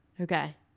okay